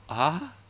!huh!